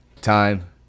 time